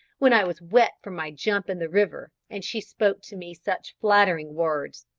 when i was wet from my jump in the river, and she spoke to me such flattering words.